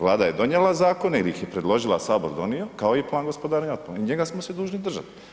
Vlada je donijela zakone ili ih je predložila, a HS donio, kao i plan gospodarenja otpadom i njega smo se dužni držati.